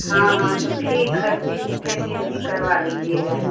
हाँ हाँ तो ठीक है छु फेसिअल भी करवा लीजिएगा